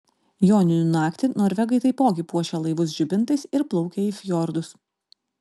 joninių naktį norvegai taipogi puošia laivus žibintais ir plaukia į fjordus